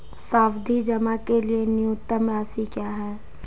सावधि जमा के लिए न्यूनतम राशि क्या है?